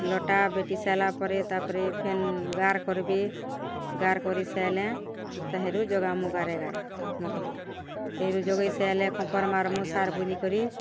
ଲଟା ବେଟି ସାର୍ଲା ପରେ ତା'ପରେ ଫେନ୍ ଗାର୍ କର୍ବେ ଗାର୍ କରି ସାର୍ଲେ ତାହେରୁ ଜୋଗାମୁଁ ଗାରେ ଗାରେ ମଖ୍ଲି ତେରୁ ଜୋଗେଇ ସାର୍ଲେ କପର୍ ମାର୍ମୁଁ ସାର୍ ବୁନି କରି